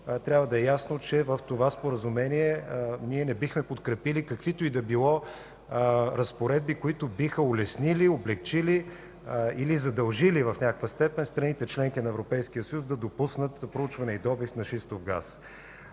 трябва да е ясно, че в това споразумение не бихме подкрепили каквито и да били разпоредби, които биха улеснили, облекчили или задължили в някаква степен страните – членки на Европейския съюз, да допуснат проучване и добив на шистов газ.